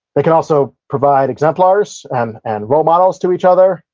they can also provide exemplars and and role models to each other,